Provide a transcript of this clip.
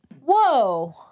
Whoa